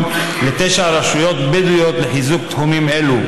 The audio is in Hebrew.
לתשע רשויות בדואיות לחיזוק תחומים אלו,